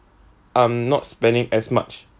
I'm not spending as much